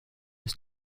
ist